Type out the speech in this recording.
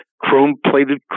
chrome-plated